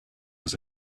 was